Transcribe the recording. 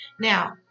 Now